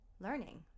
learning